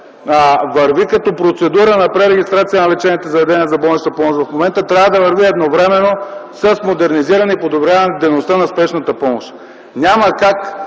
върви като процедура на пререгистрация на лечебните заведения за болнична помощ в момента, трябва да върви едновременно с модернизиране и подобряване на дейността на спешната помощ. Няма как